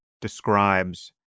describes